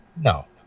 No